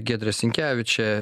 giedrė sinkevičė